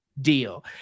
deal